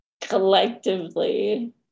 collectively